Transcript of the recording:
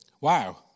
Wow